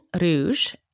Rouge